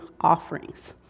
offerings